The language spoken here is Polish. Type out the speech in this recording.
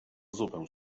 zupę